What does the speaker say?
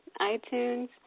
iTunes